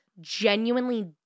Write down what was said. genuinely